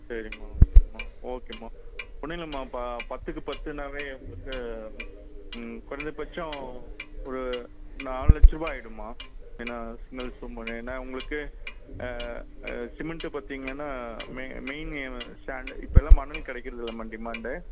சரிம்மா சரிம்மா ஓகேம்மா ஒன்றும் இல்லைம்மா இப்போ பத்துக்கு பத்துனாலே உங்களுக்கு குறைந்தபட்சம் ஒரு நாலு லட்சரூபா ஆகிடுமா ஏன்னா சின்ன உங்களுக்கு சிமென்ட் பார்த்திங்கனா மெயின் சான்ட் இப்போலாம் மணல் கிடைக்கிறதில்லைம்மா டிமாண்ட்டு